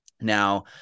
Now